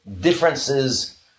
differences